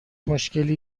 مشکلی